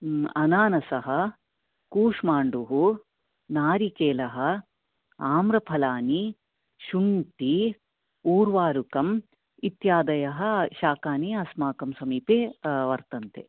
अनानसः कूष्माण्डः नारिकेलः आम्रफलानि शुण्टी उर्वारुकम् इत्यादयः शाकानि अस्माकं समीपे वर्तन्ते